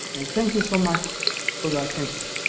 and thank you so much for your attention.